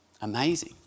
Amazing